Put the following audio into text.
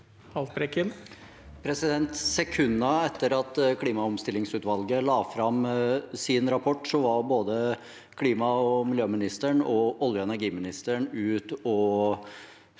Sekunder etter at klimaomstillingsutvalget la fram sin rapport, var både klima- og miljøministeren og olje- og energiministeren ute og